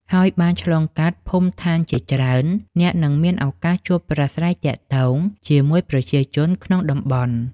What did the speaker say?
ហើយបានឆ្លងកាត់ភូមិឋានជាច្រើន អ្នកនឹងមានឱកាសជួបប្រាស្រ័យទាក់ទងជាមួយប្រជាជនក្នុងតំបន់។